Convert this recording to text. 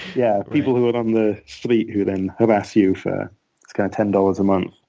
yeah people who are on the street who then harass you for ten dollars a month.